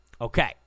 Okay